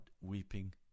weeping